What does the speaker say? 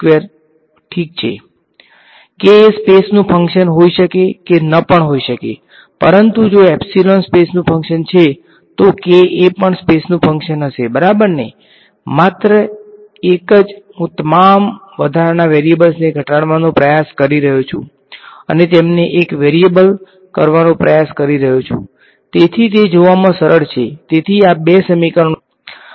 k એ સ્પેસનું function હોઈ શકે કે ન પણ હોય પરંતુ જો એપ્સીલોન સ્પેસનું ફંક્શન છે તો k એ પણ સ્પેસનું ફંક્શન હશે બરાબર માત્ર એક હું તમામ વધારાના વેરીએબલ્સ ને ઘટાડવાનો પ્રયાસ કરી રહ્યો છું અને તેમને એક વેરીએબલ કરવાનો પ્રયાસ કરી રહ્યો છું તેથી તે જોવામાં સરળ છે તેથી આ બે સમીકરણો છે જે આપણને મળ્યા છે